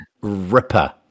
ripper